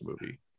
movie